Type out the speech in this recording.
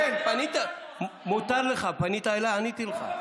כן, פנית, מותר לך, פנית אליו ועניתי לך.